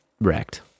wrecked